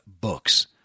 books